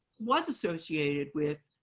was associated with